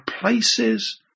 places